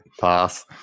Pass